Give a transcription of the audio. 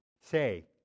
say